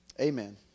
Amen